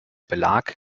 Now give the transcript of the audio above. belag